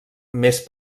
més